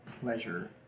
pleasure